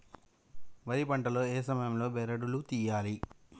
వరి పంట లో ఏ సమయం లో బెరడు లు తియ్యాలి?